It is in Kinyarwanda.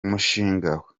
umushinga